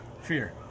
Fear